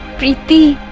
preeti!